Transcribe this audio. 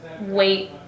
wait